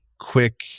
quick